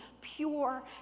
pure